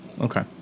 Okay